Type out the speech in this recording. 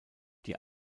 die